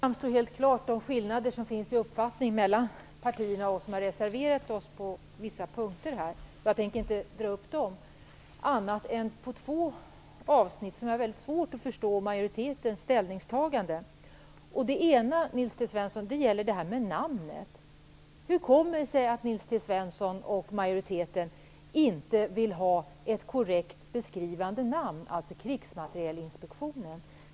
Fru talman! De skillnader i uppfattning som finns mellan partierna framstår helt klart. Vi har reserverat oss på vissa punkter. Jag tänker inte tala om dessa nu, annat än vad gäller två avsnitt där jag har väldigt svårt att förstå majoritetens ställningstagande. Det ena gäller frågan om namnet. Hur kommer det sig att Nils T Svensson och majoriteten inte vill ha ett korrekt beskrivande namn på myndigheten, dvs. Krigsmaterielinspektionen?